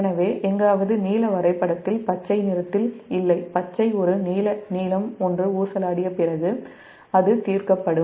எனவே எங்காவது நீல வரைபடத்தில் பச்சை நிறத்தில் இல்லை பச்சை ஒரு நீலம் ஒன்று ஊசலாடிய பிறகு அது தீர்க்கப்படும்